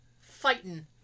Fighting